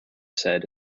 said